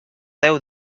déu